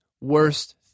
worst